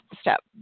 Step